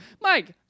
Mike